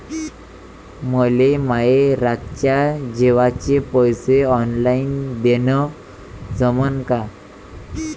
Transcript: मले माये रातच्या जेवाचे पैसे ऑनलाईन देणं जमन का?